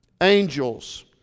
Angels